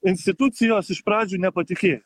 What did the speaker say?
institucijos iš pradžių nepatikėjo